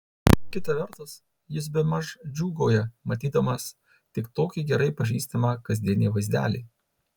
kita vertus jis bemaž džiūgauja matydamas tik tokį gerai pažįstamą kasdienį vaizdelį